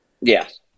Yes